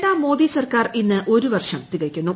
രണ്ടാം മോദി സർക്കാർ ഇന്ന് ഒരു വർഷം തികയ്ക്കുന്നു